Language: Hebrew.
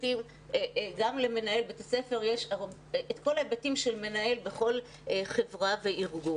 גם למנהל בית הספר יש את כל ההיבטים של מנהל בכל חברה וארגון.